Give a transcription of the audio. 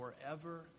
forever